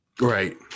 Right